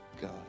God